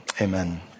amen